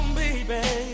baby